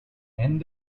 end